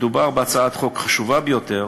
מדובר בהצעת חוק חשובה ביותר,